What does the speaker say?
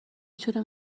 تونه